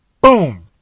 boom